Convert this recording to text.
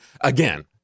again